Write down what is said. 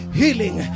healing